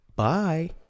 Bye